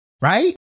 right